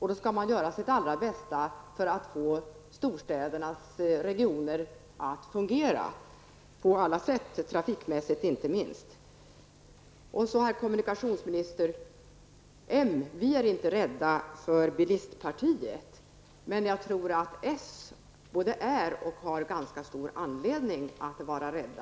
Man skall göra sitt allra bästa för att få storstadsregionerna att fungera på alla sätt, inte minst trafikmässigt. Herr kommunikationsminister! Vi moderater är inte rädda för bilistpartiet. Men jag tror att socialdemokraterna är det, vilket de också har anledning att vara.